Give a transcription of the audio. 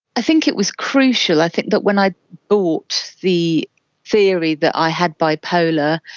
i think it was crucial, i think that when i bought the theory that i had bipolar,